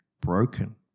broken